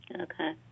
Okay